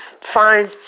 fine